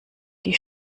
die